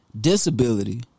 Disability